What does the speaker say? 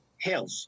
health